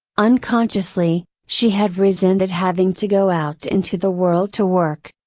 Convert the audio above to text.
unconsciously, she had resented having to go out into the world to work.